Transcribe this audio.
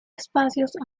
espacios